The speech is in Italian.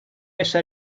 messo